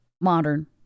modern